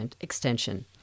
extension